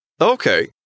Okay